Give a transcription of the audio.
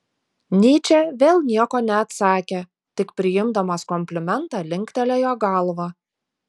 nyčė vėl nieko neatsakė tik priimdamas komplimentą linktelėjo galva